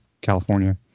California